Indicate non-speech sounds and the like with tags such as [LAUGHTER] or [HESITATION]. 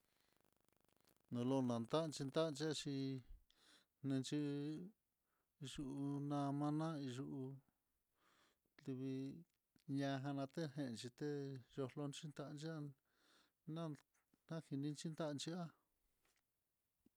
Nolon nantax [HESITATION] ax, [HESITATION] nenxhi'í yuu namana yuu livii ñana nate [HESITATION] te yokon xhintan yan najini nan najini xhintanxhia.